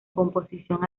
composición